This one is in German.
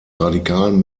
radikalen